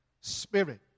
spirit